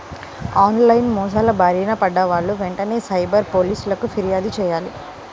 on line మోసాల బారిన పడ్డ వాళ్ళు వెంటనే సైబర్ పోలీసులకు పిర్యాదు చెయ్యాలి